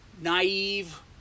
Naive